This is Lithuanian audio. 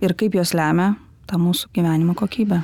ir kaip jos lemia tą mūsų gyvenimo kokybę